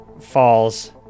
falls